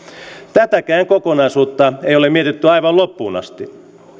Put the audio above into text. tätäkään kokonaisuutta ei ole mietitty aivan loppuun asti